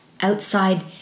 outside